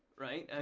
right?